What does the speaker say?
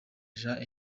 jean